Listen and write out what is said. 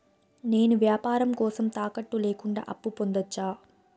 నేను వ్యాపారం కోసం తాకట్టు లేకుండా అప్పు పొందొచ్చా?